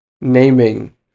naming